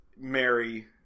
Mary